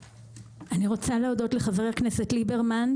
אני רוצה להודות לחבר הכנסת ליברמן,